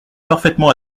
parfaitement